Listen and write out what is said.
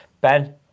Ben